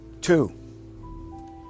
Two